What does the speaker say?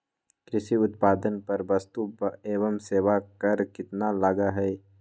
कृषि उत्पादन पर वस्तु एवं सेवा कर कितना लगा हई?